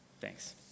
Thanks